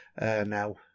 now